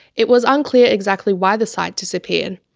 it was unclear exactly why the site disappeared.